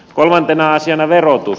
kolmantena asiana verotus